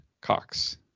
cox